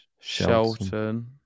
Shelton